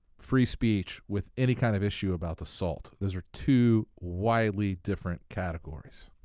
free speech with any kind of issue about assault. those are two widely different categories.